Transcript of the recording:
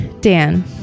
Dan